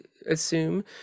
assume